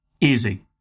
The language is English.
easy